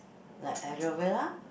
like aloe vera